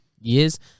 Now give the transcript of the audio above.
years